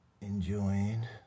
enjoying